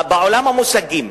לא לשעבר.